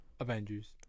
Avengers